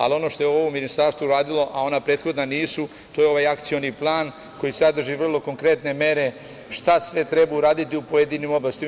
Ali, ono što je ovo ministarstvo uradilo, a ona prethodna nisu, to je ovaj akcioni plan koji sadrži vrlo konkretne mere šta sve treba uraditi u pojedinim oblastima.